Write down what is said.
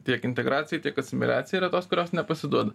tiek integracijai tiek asimiliacijai yra tos kurios nepasiduoda